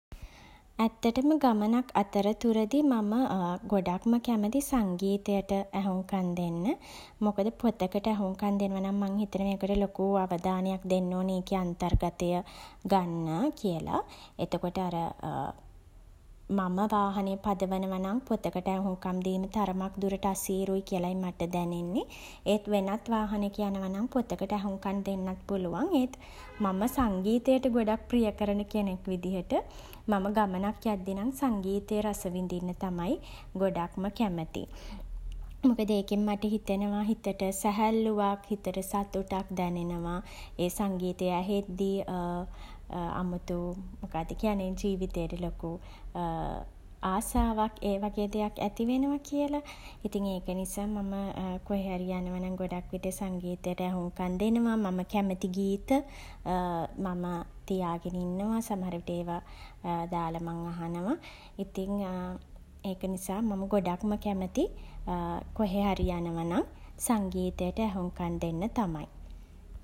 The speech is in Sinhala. ඇත්තටම ගමනක් අතරතුරදී මම ගොඩක්ම කැමති සංගීතයට ඇහුම් කන් දෙන්න. මොකද පොතකට ඇහුම් කන් දෙනව නම් මං හිතනවා ඒකට ලොකු අවදානයක් දෙන්න ඕනේ ඒකෙ අන්තර්ගතය ගන්න කියලා. එතකොට මම වාහනය පදවනවා නම් පොතකට ඇහුම් කන් දීම තරමක් දුරට අසීරුයි කියලයි මට දැනෙන්නේ. ඒත් වෙනත් වාහනයක යනවා නම් පොතකට ඇහුම් කන් දෙන්නත් පුළුවන්. ඒත් මම සංගීතයට ගොඩක් ප්‍රිය කරන කෙනෙක් විදිහට මම ගමනක් යද්දි නම් සංගීතය රස විඳින්න තමයි ගොඩක්ම කැමති. මොකද ඒකෙන් මට හිතෙනවා හිතට සැහැල්ලුවක් හිතට සතුටක් දැනෙනවා. ඒ සංගීතය ඇහෙද්දී අමුතු මොකද්ද කියන්නේ ජීවිතේට ලොකු ආසාවක් ඒ වගේ දෙයක් ඇති වෙනවා කියලා. ඉතින් ඒක නිසා මම කොහේ හරි යනවා නම් ගොඩක් විට සංගීතයට ඇහුම් කන් දෙනවා. මම කැමති ගීත මම තියාගෙන ඉන්නවා. සමහර විට ඒවා දාල මං අහනවා. ඉතින් ඒක නිසා මම ගොඩක්ම කැමති කොහේ හරි යනවා නම් සංගීතයට ඇහුම් කන් දෙන්න තමයි.